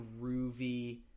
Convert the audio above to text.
groovy